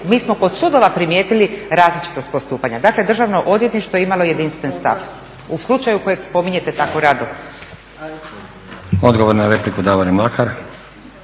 mi smo kod sudova primijetili različitost postupanja. Dakle, državno odvjetništvo imalo je jedinstven stav, u slučaju kojeg spominjete tako rado. **Stazić, Nenad (SDP)** Odgovor na repliku Davorin Mlakar.